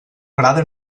agrada